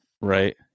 right